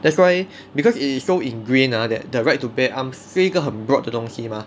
that's why because it is so ingrained ah that the right to bear arms 是一个很 broad 的东西 mah